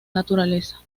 naturaleza